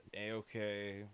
A-okay